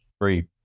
three